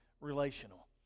relational